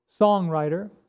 songwriter